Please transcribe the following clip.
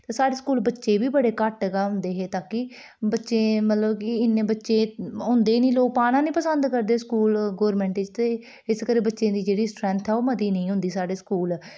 ते साढ़े स्कूल बच्चे बी बड़े घट्ट गै होंदे हे ताकी बच्चे मतलब कि इन्ने बच्चे होंदे निं लोक पाना निं पसंद करदे लोग गौरमेंट स्कूल इसकरी बच्चें दी जेह्ड़ी स्ट्रेंथ ऐ ओह् मती नेईं होंदी साढ़े स्कूल